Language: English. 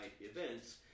events